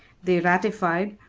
they ratified,